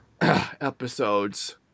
episodes